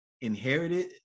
inherited